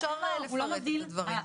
בתוספת אפשר לפרט את הדברים.